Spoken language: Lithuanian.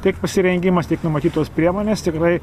tiek pasirengimas tiek numatytos priemonės tikrai